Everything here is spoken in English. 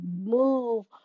move